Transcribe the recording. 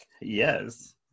Yes